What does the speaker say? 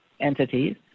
entities